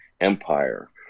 empire